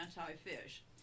anti-fish